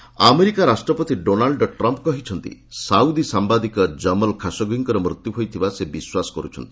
Trump Khashoggi America ରାଷ୍ଟ୍ରପତି Donald Trump କହିଛନ୍ତି Saudi ସାମ୍ଘାଦିକ ଜମଲ୍ ଖାସୋଗୀଙ୍କର ମୃତ୍ୟୁ ହୋଇଥିବା ସେ ବିଶ୍ୱାସ କରୁଛନ୍ତି